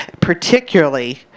particularly